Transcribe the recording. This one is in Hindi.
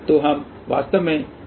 तो हम वास्तव में क्या कर सकते हैं